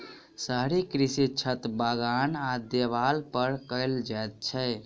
शहरी कृषि छत, बगान आ देबाल पर कयल जाइत छै